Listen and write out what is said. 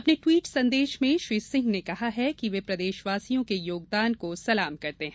अपने ट्वीट संदेश में श्री सिंह ने कहा कि वे प्रदेशवासियों के योगदान को सलाम करते हैं